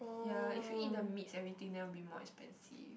ya if you eat the meats everything then will more expensive